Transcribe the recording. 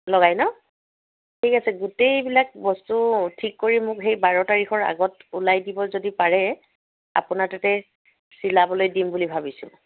লগাই ন ঠিক আছে গোটেইবিলাক বস্তু ঠিক কৰি মোক সেই বাৰ তাৰিখৰ আগত ওলাই দিব যদি পাৰে আপোনাৰ তাতে চিলাবলৈ দিম বুলি ভাবিছোঁ